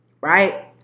right